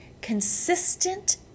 consistent